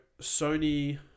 Sony